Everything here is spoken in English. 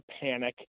panic